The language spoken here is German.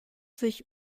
sich